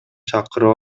чакырып